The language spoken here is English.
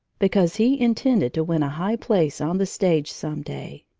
because he intended to win a high place on the stage some day.